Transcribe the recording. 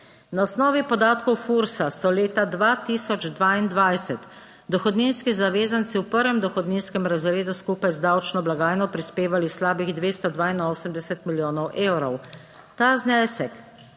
Na osnovi podatkov FURS so leta 2022 dohodninski zavezanci v prvem dohodninskem razredu skupaj z davčno blagajno prispevali slabih 282 milijonov evrov. Ta znesek